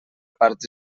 parts